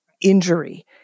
injury